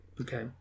Okay